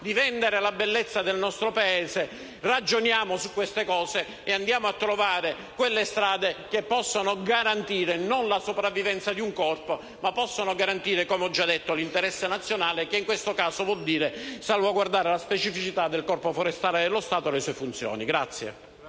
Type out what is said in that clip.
di vendere la bellezza del nostro Paese, ragioniamo su questi temi ed individuiamo quelle strade che possano garantire non la sopravvivenza di un corpo, ma come ho già detto l'interesse nazionale, che in questo caso significa salvaguardare la specificità del Corpo forestale dello Stato e le sue funzioni.